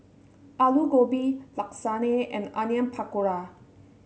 Alu Gobi Lasagne and Onion Pakora